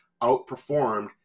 outperformed